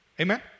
Amen